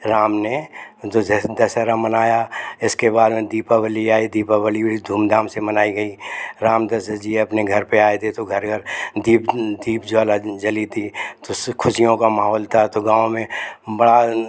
राम ने जो दशहरा मनाया इसके बाद में दीपावली आई दीपावली भी धूमधाम से मनाई गई राम दशरथ जी अपने घर पे आए थे तो घर घर दीप दीप ज्वाला जली थी तो सुख खुशियों का माहौल था तो गाँव में बाल